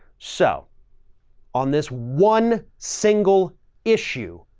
so on this one single issue,